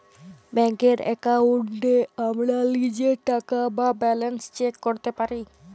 ব্যাংকের এক্কাউন্টে আমরা লীজের টাকা বা ব্যালান্স চ্যাক ক্যরতে পারি